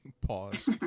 Pause